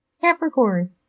Capricorn